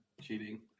cheating